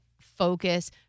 focus